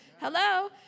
Hello